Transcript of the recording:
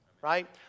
right